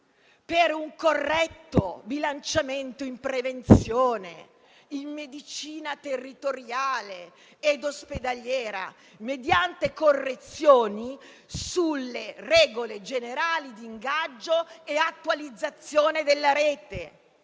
per un corretto bilanciamento in prevenzione, in medicina territoriale ed ospedaliera, mediante correzioni sulle regole generali di ingaggio e attualizzazione della rete,